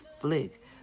flick